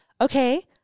Okay